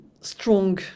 strong